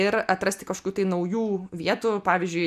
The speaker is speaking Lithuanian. ir atrasti kažkokių tai naujų vietų pavyzdžiui